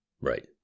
Right